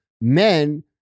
men